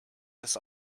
this